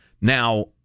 Now